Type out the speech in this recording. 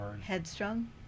Headstrong